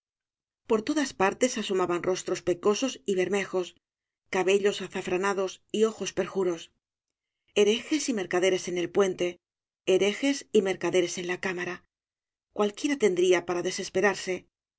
por todas partes asomaban rostros pecosos y bermejos cabellos azafranados y ojos perjuros herejes y mercaderes en el puente herejes y mercaderes en la cámara cualquiera tendría para desesperarse